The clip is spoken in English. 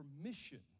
permission